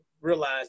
realize